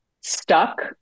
stuck